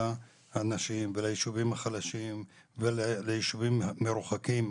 לנשים ולישובים החלשים ולישובים המרוחקים.